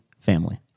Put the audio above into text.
family